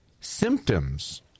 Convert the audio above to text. symptoms